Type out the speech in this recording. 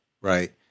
right